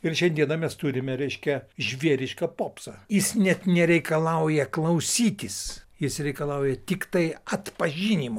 ir šiandieną mes turime reiškia žvėrišką popsą jis net nereikalauja klausytis jis reikalauja tiktai atpažinimą